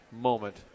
moment